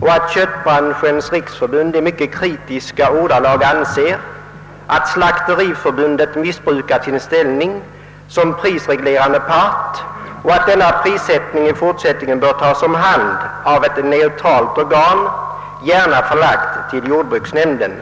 och köttbranschens riksförbund har i mycket ogillande ordalag uttalat att Slakteriförbundet missbrukat sin ställning som prisreglerande part samt att ifrågavarande prissättning i fortsättningen bör handhas av ett neutralt organ, gärna förlagt till jordbruksnämnden.